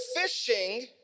fishing